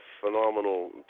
phenomenal